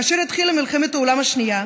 כאשר התחילה מלחמת העולם השנייה